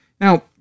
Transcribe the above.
Now